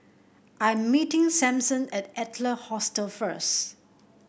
I'm meeting Sampson at Adler Hostel first